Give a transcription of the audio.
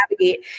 navigate